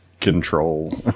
control